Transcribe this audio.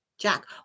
Jack